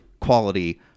quality